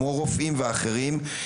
כמו רופאים ואחרים,